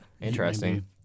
Interesting